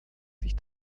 sich